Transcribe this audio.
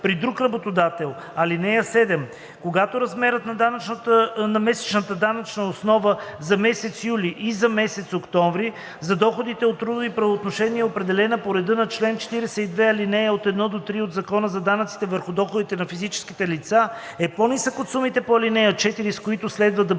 при друг работодател. (7) Когато размерът на месечната данъчна основа за месец юли и за месец октомври за доходи от трудови правоотношения, определена по реда на чл. 42, ал. 1 – 3 от Закона за данъците върху доходите на физическите лица, е по-нисък от сумите по ал. 4, с които следва да бъде